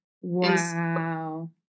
Wow